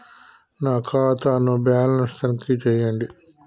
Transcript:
నా ఖాతా ను బ్యాలన్స్ తనిఖీ చేయండి?